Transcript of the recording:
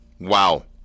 Wow